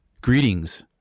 Greetings